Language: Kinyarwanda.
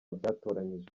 byatoranyijwe